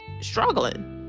struggling